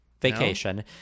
vacation